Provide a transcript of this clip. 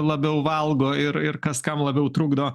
labiau valgo ir ir kas kam labiau trukdo